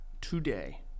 today